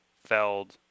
feld